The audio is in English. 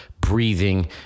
breathing